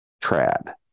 trad